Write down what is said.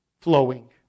flowing